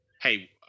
hey